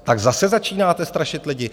Tak zase začínáte strašit lidi?